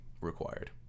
required